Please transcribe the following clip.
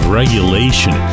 regulation